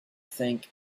think